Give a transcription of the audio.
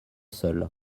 seul